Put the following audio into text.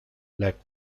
let